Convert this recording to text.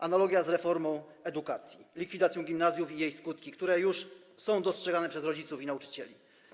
Analogia do reformy edukacji, likwidacji gimnazjów i jej skutków, które już są dostrzegane przez rodziców i nauczycieli.